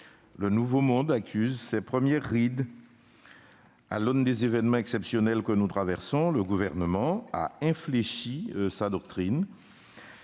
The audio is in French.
« nouveau monde » accuse ses premières rides : à l'aune des événements exceptionnels que nous traversons, le Gouvernement a infléchi sa doctrine.